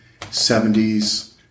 70s